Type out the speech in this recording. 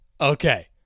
Okay